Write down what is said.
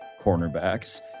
cornerbacks